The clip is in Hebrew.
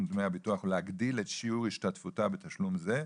דמי הביטוח ולהגדיל את שיעור השתתפותה בתשלום זה,